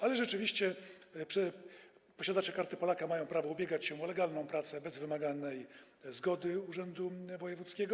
Ale rzeczywiście posiadacze Karty Polaka mają prawo ubiegać się o legalną pracę bez wymaganej zgody urzędu wojewódzkiego.